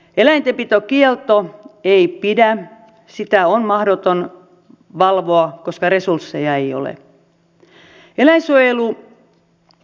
eläintenpitokielto ei pidä sitä on mahdoton valvoa koska resursseja ei ole